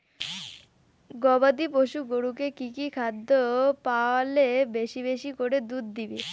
গবাদি পশু গরুকে কী কী খাদ্য খাওয়ালে বেশী বেশী করে দুধ দিবে?